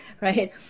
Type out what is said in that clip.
right